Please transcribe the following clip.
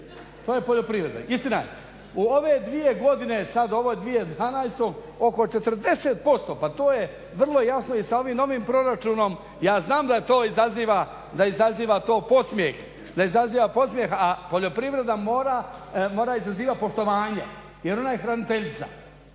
to je poljoprivreda. Istina, u ove dvije godine, sad ovoj 2012. oko 40%, pa to je vrlo jasno i sa ovim novim proračunom, ja znam da to izaziva podsmjeh, a poljoprivreda mora izazivati poštovanje jer ona je hraniteljica.